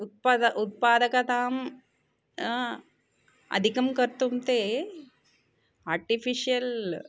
उत्पाद उत्पादकताम् अधिकं कर्तुं ते अर्टिफिष्यल्